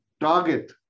target